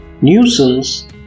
Nuisance